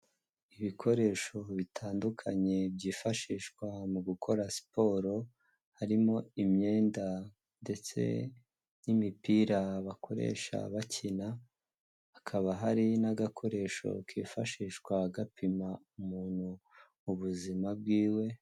Ibikoresho bitandukanye byifashishwa mu gukora siporo, harimo imyenda ndetse n'imipira bakoresha bakina, hakaba hari n'agakoresho kifashishwa gapima umuntu mu bubuzima bwiwe.